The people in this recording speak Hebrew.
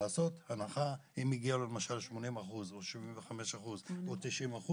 אם מגיע לו למשל 80% או 75% או 90%,